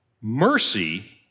mercy